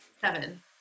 Seven